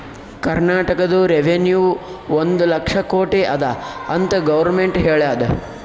ಕರ್ನಾಟಕದು ರೆವೆನ್ಯೂ ಒಂದ್ ಲಕ್ಷ ಕೋಟಿ ಅದ ಅಂತ್ ಗೊರ್ಮೆಂಟ್ ಹೇಳ್ಯಾದ್